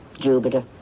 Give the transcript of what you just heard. Jupiter